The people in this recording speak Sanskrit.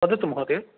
वदतु महोदय